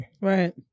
Right